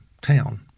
town